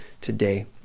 today